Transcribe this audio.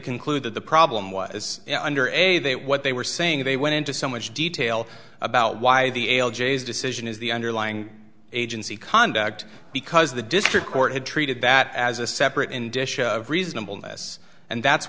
conclude that the problem was under a they what they were saying they went into so much detail about why the ale j s decision is the underlying agency conduct because the district court had treated that as a separate in disha of reasonableness and that's